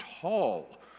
tall